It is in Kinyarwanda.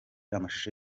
amashusho